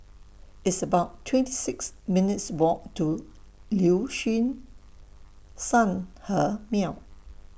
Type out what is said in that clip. It's about twenty six minutes' Walk to Liuxun Sanhemiao